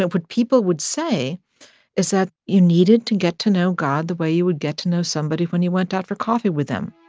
what people would say is that you needed to get to know god the way you would get to know somebody when you went out for coffee with them.